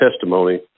testimony